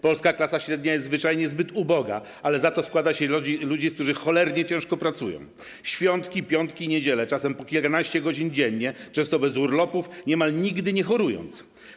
Polska klasa średnia jest zwyczajnie zbyt uboga, ale za to składa się z ludzi, którzy cholernie ciężko pracują, świątki-piątki i niedziele, czasem po 11 godzin dziennie, często bez urlopów, niemal nigdy nie chorując.